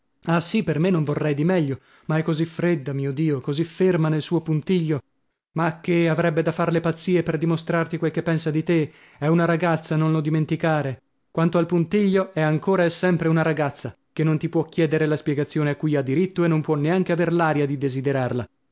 ah sì per me non vorrei di meglio ma è così fredda mio dio così ferma nel suo puntiglio ma che avrebbe da far le pazzie per dimostrarti quel che pensa di te è una ragazza non lo dimenticare quanto al puntiglio è ancora e sempre una ragazza che non ti può chiedere la spiegazione a cui ha diritto e non può neanche aver l'aria di desiderarla